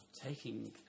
taking